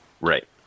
Right